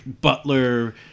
butler